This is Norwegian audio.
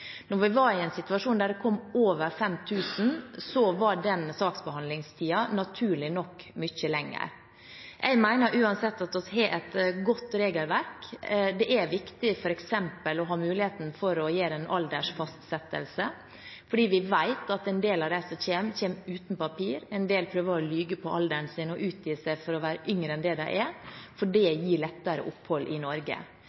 vi var i en situasjon da det kom over 5 000, var saksbehandlingstiden naturlig nok mye lengre. Jeg mener uansett at vi har et godt regelverk. Det er viktig f.eks. å ha mulighet til å gjøre en aldersfastsettelse, for vi vet at en del av dem som kommer, kommer uten papirer, og en del prøver å lyve på alderen og utgi seg for å være yngre enn de er, fordi det